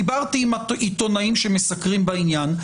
דיברתי עם עיתונאים שמסקרים בעניין.